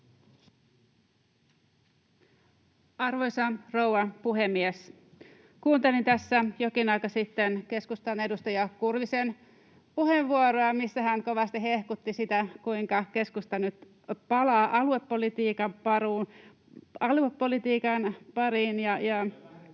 Arvoisa rouva puhemies! Kuuntelin tässä jokin aika sitten keskustan edustaja Kurvisen puheenvuoroa, missä hän kovasti hehkutti sitä, kuinka keskusta nyt palaa aluepolitiikan pariin.